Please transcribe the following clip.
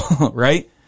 Right